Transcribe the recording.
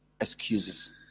excuses